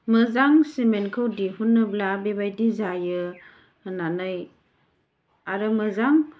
मोजां सिमेन्टखौ दिहुनोब्ला बेबायदि जायो होननानै आरो मोजां